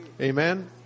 Amen